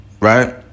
Right